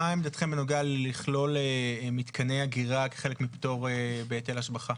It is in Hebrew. מה עמדתכם בנוגע לכלול מתקני אגירה כחלק מפטור בהיטל השבחה.